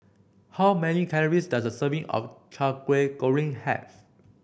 how many calories does a serving of kway goreng have